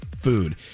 food